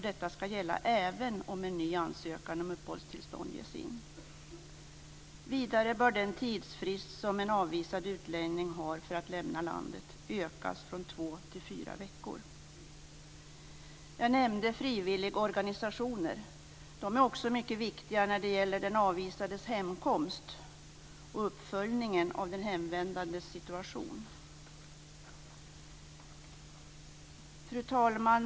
Detta skall gälla även om en ny ansökan om uppehållstillstånd ges in. Vidare bör den tidsfrist som en avvisad utlänning har för att lämna landet ökas från två till fyra veckor. Jag nämnde frivilligorganisationer. De är också mycket viktiga när det gäller den avvisades hemkomst och uppföljningen av den hemvändandes situation. Fru talman!